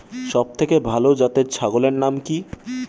সবথেকে ভালো জাতের ছাগলের নাম কি?